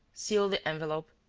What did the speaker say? sealed the envelope,